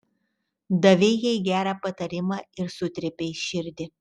davei jai gerą patarimą ir sutrypei širdį